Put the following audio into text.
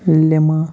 lima